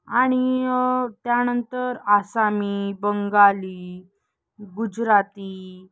आणि त्यानंतर आसामी बंगाली गुजराती